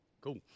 Cool